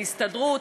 "הסתדרות",